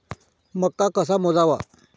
मका कसा मोजावा?